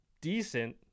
decent